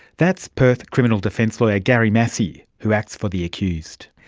that's perth criminal defence lawyer gary massey, who acts for the accused.